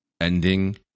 ending